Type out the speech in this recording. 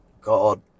God